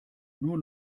nur